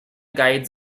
guides